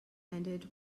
ended